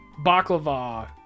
baklava